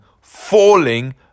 falling